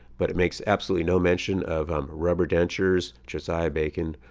but it makes absolutely no mention of um rubber dentures, josiah bacon,